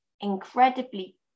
incredibly